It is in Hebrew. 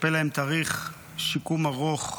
מצפה להם תהליך שיקום ארוך,